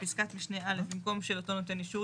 בפסקת משנה א במקום "של אותו נותן אישור"